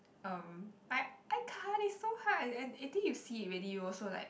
um I I can't it so hard I I think you see it already you also like